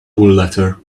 letter